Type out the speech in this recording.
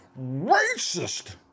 racist